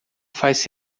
faz